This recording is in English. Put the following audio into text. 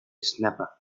snapper